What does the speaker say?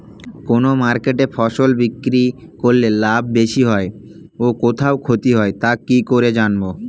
কোন মার্কেটে ফসল বিক্রি করলে লাভ বেশি হয় ও কোথায় ক্ষতি হয় তা কি করে জানবো?